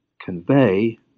convey